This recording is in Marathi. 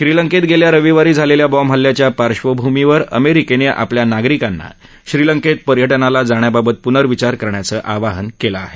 श्रीलंकेत गेल्या रविवारी झालेल्या बॉम्ब हल्ल्याच्या पार्श्वभूमीवर अमेरिकेने आपल्या नागरिकांना श्रीलंकेत पर्यटनाला जाण्याबाबत पुनर्विचार करण्याचं आवाहन केलं आहे